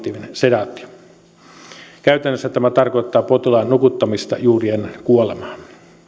sedaatio käytännössä tämä tarkoittaa potilaan nukuttamista juuri ennen kuolemaa